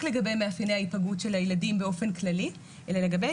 לגבי מאפייני ההיפגעות של ילדים באופן כללי אלא לגבי